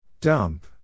Dump